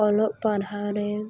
ᱚᱞᱚᱜ ᱯᱟᱲᱦᱟᱣᱨᱮ